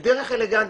בדרך אלגנטית,